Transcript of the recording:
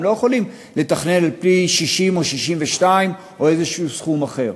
הם לא יכולים לתכנן על-פי 60 או 62 או איזשהו סכום אחר.